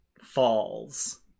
falls